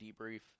debrief